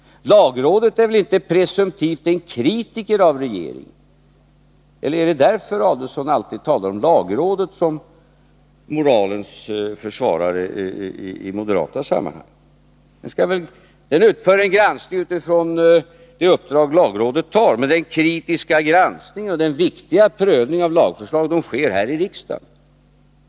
Lagrådet är inte presumtivt en kritiker i förhållande till regeringen. Eller anser Ulf Adelsohn det, och är det därför han i moderata sammanhang alltid talar om lagrådet som moralens försvarare? Lagrådet utför en granskning utifrån det uppdrag rådet har, men den Nr 61 kritiska granskningen och den viktiga prövningen av lagförslagen sker här i Måndagen den riksdagen.